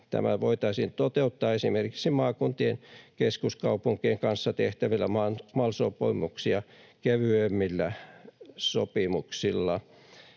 Tämä voitaisiin toteuttaa esimerkiksi maakuntien keskuskaupunkien kanssa tehtävillä MAL-sopimuksia kevyemmillä sopimuksilla.